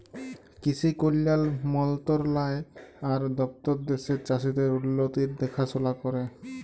কিসি কল্যাল মলতরালায় আর দপ্তর দ্যাশের চাষীদের উল্লতির দেখাশোলা ক্যরে